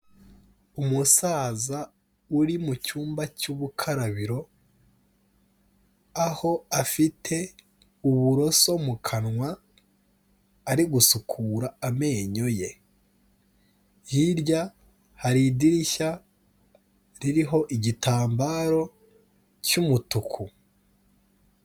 Umusaza uri mu cyumba cy'ubukarabiro, aho afite uburoso mu kanwa, ari gusukura amenyo ye, hirya hari idirishya ririho igitambaro cy'umutuku.